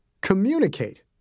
Communicate